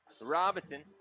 Robinson